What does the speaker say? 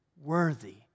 worthy